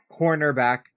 cornerback